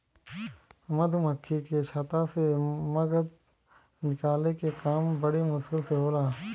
मधुमक्खी के छता से मध निकाले के काम बड़ी मुश्किल होला